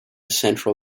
central